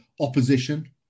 opposition